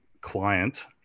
client